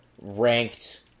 ranked